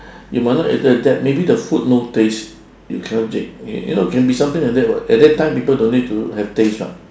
you might not able to adapt maybe the food no taste you cannot take you you know it can be something like that what at that time people don't need to have taste [what]